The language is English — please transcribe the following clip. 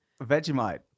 Vegemite